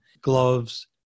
gloves